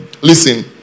Listen